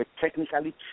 technically